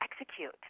execute